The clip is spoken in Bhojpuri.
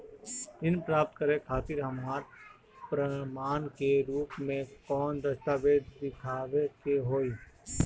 ऋण प्राप्त करे खातिर हमरा प्रमाण के रूप में कौन दस्तावेज़ दिखावे के होई?